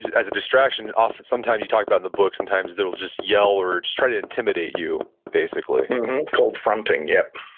as a distraction, ah so you talk about in the book, sometimes they will just yell or try to intimidate you basically called fronting, yep.